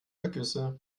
ergüsse